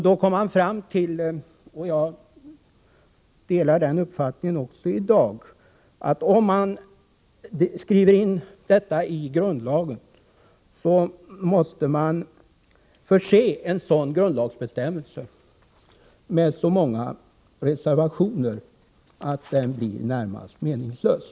Då kom vi fram till — och det är en uppfattning som jag håller fast vid — att om man skriver in detta i grundlagen, måste man förse en sådan grundlagsbestämmelse med så många reservationer att den blir närmast meningslös.